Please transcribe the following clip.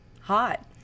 hot